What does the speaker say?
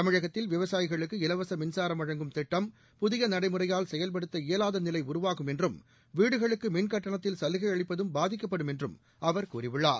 தமிழகத்தில் விவசாயிகளுக்கு இலவச மின்சாரம் வழங்கும் திட்டம் புதிய நடைமுறையால் செயல்படுத்த இயலாதநிலை உருவாகும் என்றும் வீடுகளுக்கு மின் கட்டணத்தில் சலுகை அளிப்பதும் பாதிக்கப்படும் என்று அவர் கூறியுள்ளார்